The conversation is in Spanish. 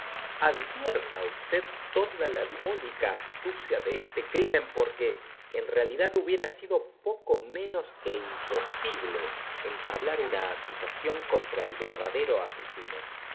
advierta usted toda la diabólica astucia de este crimen porque en realidad hubiera sido poco menos que imposible entablar una acusación contra el verdadero asesino que